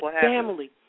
family